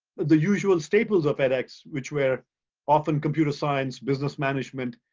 the usual staples of edx which were often computer science, business management,